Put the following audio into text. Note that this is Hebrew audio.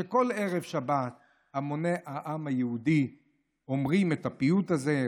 שכל ערב שבת המוני העם היהודי אומרים את הפיוט הזה,